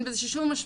אין בזה שום משמעות.